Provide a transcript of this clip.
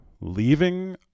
leaving